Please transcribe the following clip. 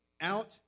out